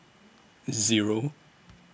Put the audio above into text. Zero